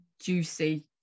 juicy